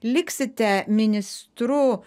liksite ministru